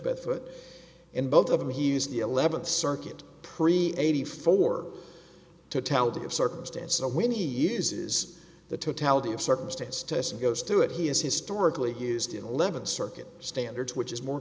but foot in both of them he used the eleventh circuit pre eighty four to tell to give circumstance a when he uses the totality of circumstance test goes to it he has historically used in the eleventh circuit standards which is more